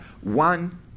one